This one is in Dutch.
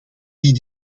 die